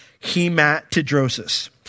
hematidrosis